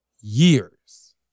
Years